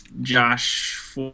Josh